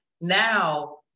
Now